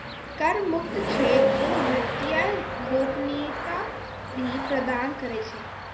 कर मुक्त क्षेत्र वित्तीय गोपनीयता भी प्रदान करै छै